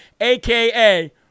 aka